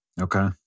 Okay